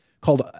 called